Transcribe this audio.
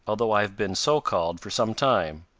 although i have been so called for some time.